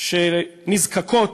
נזקקות